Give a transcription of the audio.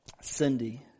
Cindy